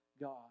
God